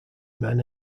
men